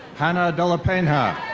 hannah delapenha.